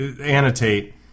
annotate